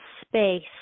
space